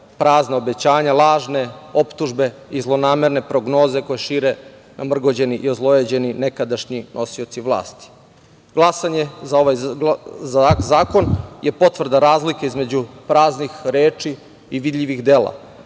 prazna obećanja, lažne optužbe i zlonamerne prognoze koje šire namrgođeni i ozlojađeni nekadašnji nosioci vlasti. Glasanje za ovaj zakon je potvrda razlike između praznih reči i vidljivih dela.